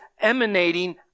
emanating